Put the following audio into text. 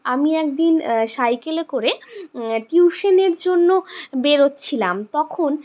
আমি একদিন সাইকেলে করে টিউশনের জন্য বেরোচ্ছিলাম তখন